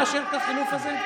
אתה לא מאשר את החילוף הזה?